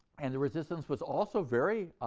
and the resistance was also very,